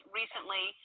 recently